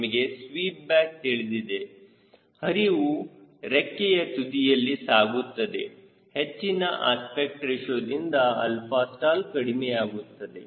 ನಿಮಗೆ sweep back ತಿಳಿದಿದೆ ಹರಿತವು ರೆಕ್ಕೆಯ ತುದಿಯಲ್ಲಿ ಸಾಗುತ್ತದೆ ಹೆಚ್ಚಿನ ಅಸ್ಪೆಕ್ಟ್ ರೇಶಿಯೋ ದಿಂದ 𝛼stall ಕಡಿಮೆಯಾಗುತ್ತದೆ